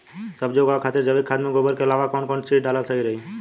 सब्जी उगावे खातिर जैविक खाद मे गोबर के अलाव कौन कौन चीज़ डालल सही रही?